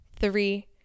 three